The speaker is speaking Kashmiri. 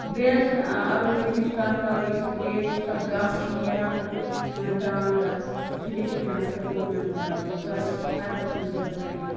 بیٚیہِ حظ اگر أسۍ تیٚمچ کتھ کرو یُس بیٚیہِ حظ یُس تتھ گاسہٕ چھُ نیران تتھ حظ چھ أسۍ وَنان دان گاسہٕ سُہ تہ حظ چھُ پتہٕ پیٚوان اَسہِ گُپنن تراوُن سُہ حظ چھُ اَسہِ ہردَس مَنٛز گَژھان یہِ